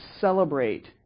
celebrate